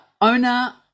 owner